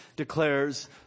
declares